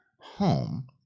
home